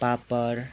पापड